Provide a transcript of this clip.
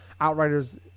Outriders